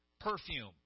perfume